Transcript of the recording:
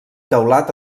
teulat